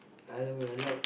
Thailand me I like